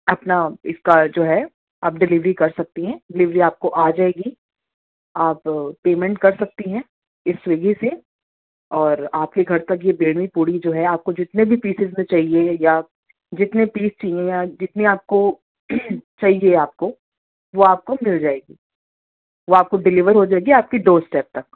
اپنا اس کا جو ہے آپ ڈلیوری کر سکتی ہیں ڈلیوری آپ کو آ جائے گی آپ پیمنٹ کر سکتی ہیں اس سوئیگی سے اور آپ کے گھر تک یہ بیمی پوڑی جو آپ کو جتنے بھی پیسز میں چاہیے یا جتنے پیس چاہیے یا جتنے آپ کو چاہیے آپ کو وہ آپ کو مل جائے گی وہ آپ کو ڈلیور ہو جائے گی آپ کی ڈور اسٹیپ تک